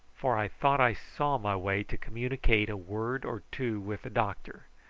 for i thought i saw my way to communicate a word or two with the doctor.